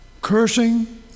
cursing